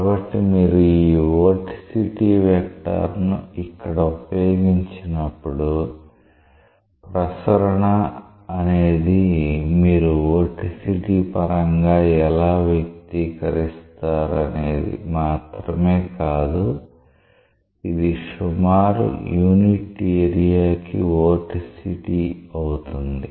కాబట్టి మీరు ఈ వోర్టిసిటీ వెక్టర్ ను ఇక్కడ ఉపయోగించినప్పుడు ప్రసరణ అనేది మీరు వోర్టిసిటీ పరంగా ఎలా వ్యక్తీకరిస్తారనేది మాత్రమే కాదు ఇది సుమారు యూనిట్ ఏరియాకి వోర్టిసిటీ అవుతుంది